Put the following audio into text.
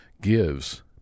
gives